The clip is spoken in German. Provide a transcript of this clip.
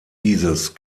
dieses